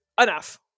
enough